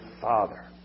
Father